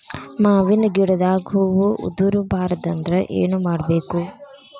ಮಾವಿನ ಗಿಡದಾಗ ಹೂವು ಉದುರು ಬಾರದಂದ್ರ ಏನು ಮಾಡಬೇಕು?